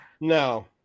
No